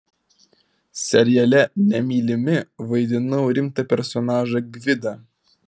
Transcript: seriale nemylimi vaidinau rimtą personažą gvidą